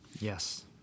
Yes